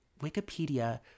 Wikipedia